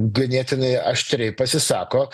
ganėtinai aštriai pasisako